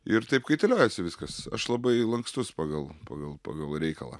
ir taip kaitaliojasi viskas aš labai lankstus pagal pagal pagal reikalą